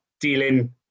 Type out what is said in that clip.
dealing